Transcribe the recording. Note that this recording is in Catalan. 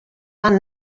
fan